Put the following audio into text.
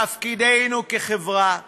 תפקידנו כחברה הוא